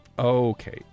Okay